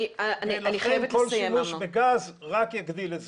כל שימוש בגז יגדיל את זה.